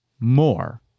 more